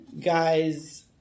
guys